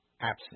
absent